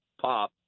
pop